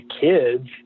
kids